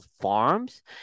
Farms